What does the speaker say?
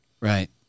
Right